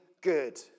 good